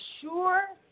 sure